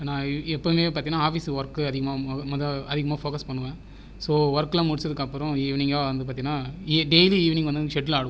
இப்போ நான் எப்பவுமே பார்த்தீங்கனா ஆஃபிஸ் ஒர்க்கு அதிகமாக முத அதிகமாக ஃபோகஸ் பண்ணுவேன் ஸோ ஒர்க்லாம் முடிச்சதுக்கு அப்புறம் ஈவ்னிங்கா வந்து பார்த்தீங்கனா டெய்லி ஈவ்னிங் வந்து நாங்கள் செட்டில் ஆடுவோம்